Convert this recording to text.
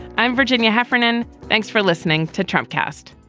i'm virginia heffernan. thanks for listening to trump cast